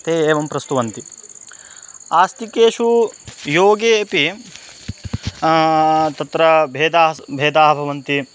ते एवं प्रस्तुवन्ति आस्तिकेषु योगे अपि तत्र भेदाः स् भेदाः भवन्ति